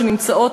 שנמצאות,